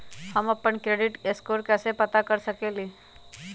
हम अपन credit score कैसे पता कर सकेली?